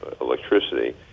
electricity